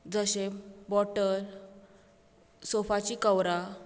जशें बोटल सोफाची कवरां